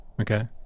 Okay